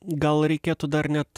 gal reikėtų dar net